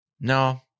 no